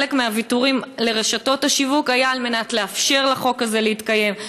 חלק מהוויתורים לרשתות השיווק היו על מנת לאפשר לחוק הזה להתקיים.